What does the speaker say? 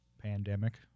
pandemic